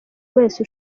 wese